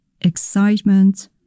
excitement